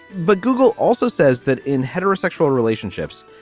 but google also says that in heterosexual relationships,